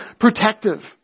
protective